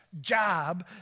job